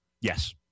Yes